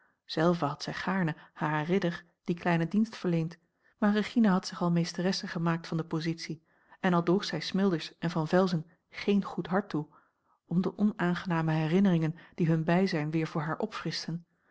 zelve had zij gaarne haar ridder dien kleinen dienst verleend maar regina had zich al meesteresse gemaakt van de positie en al droeg zij smilders en van velzen geen goed hart toe om de onaangename herinneringen die hun bijzijn weer voor haar opfrischten